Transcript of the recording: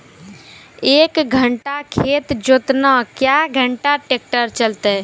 एक बीघा खेत जोतना क्या घंटा ट्रैक्टर चलते?